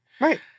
Right